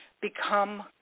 become